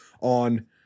on